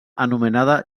anomenada